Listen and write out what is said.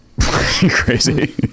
Crazy